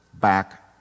back